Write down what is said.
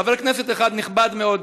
חבר כנסת אחד נכבד מאוד,